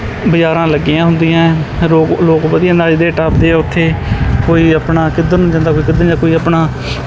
ਬਜ਼ਾਰਾਂ ਲੱਗੀਆਂ ਹੁੰਦੀਆਂ ਹੈ ਰੋਕ ਲੋਕ ਵਧੀਆ ਨੱਚਦੇ ਟੱਪਦੇ ਉੱਥੇ ਕੋਈ ਆਪਣਾ ਕਿੱਧਰ ਨੂੰ ਜਾਂਦਾ ਕੋਈ ਕਿੱਧਰ ਜਾ ਕੋਈ ਆਪਣਾ